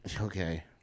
okay